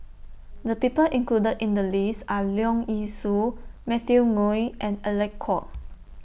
The People included in The list Are Leong Yee Soo Matthew Ngui and Alec Kuok